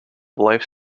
life